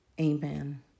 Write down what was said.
Amen